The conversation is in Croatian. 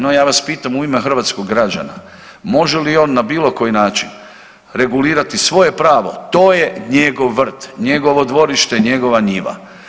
No, ja vas pitam u ime hrvatskog građana, može li on na bilo koji način regulirati svoje pravo, to je njegov vrt, njegovo dvorište, njegova njiva.